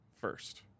first